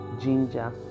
ginger